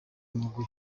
mugwi